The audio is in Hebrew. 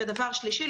ודבר שלישי,